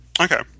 Okay